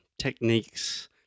techniques